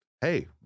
hey